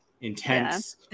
intense